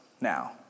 now